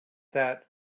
that